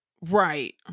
Right